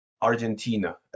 Argentina